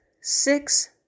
six